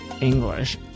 English